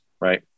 right